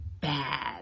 bad